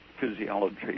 physiology